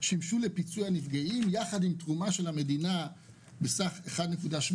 שימשו לפיצוי הנפגעים יחד עם תרומה של המדינה בסף 1.8